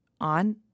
on